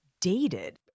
dated